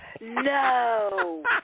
No